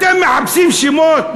אתם מחפשים שמות,